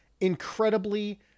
incredibly